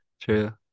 True